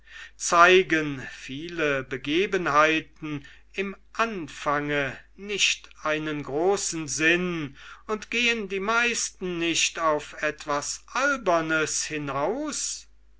zeigen viele begebenheiten im anfange nicht einen großen sinn und gehen die meisten nicht auf etwas albernes hinaus